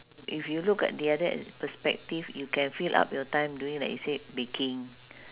if you look at the other perspective you can fill up your time doing like you said baking